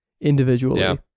individually